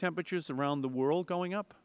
temperatures around the world going up